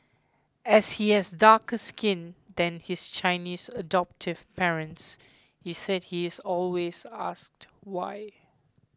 as he has darker skin than his Chinese adoptive parents he said he is always asked why